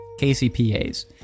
KCPAs